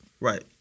Right